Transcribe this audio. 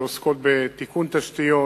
שעוסקות בתיקון תשתיות